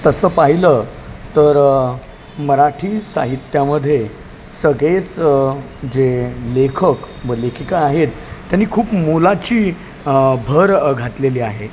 तसं पाहिलं तर मराठी साहित्यामध्ये सगळेच जे लेखक व लेखिका आहेत त्यांनी खूप मोलाची भर घातलेली आहे